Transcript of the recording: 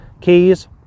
Keys